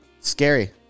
Scary